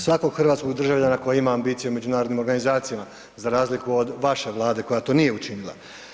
svakog hrvatskog državljana koji ima ambicije u međunarodnim organizacijama za razliku od vaše Vlade koja to nije učinila.